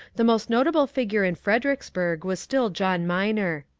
the most notable figure in fredericksburg was still john minor.